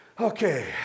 Okay